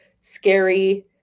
scary